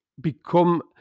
become